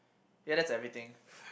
ya that's everything